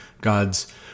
God's